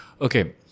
Okay